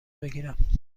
بگیرم